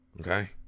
okay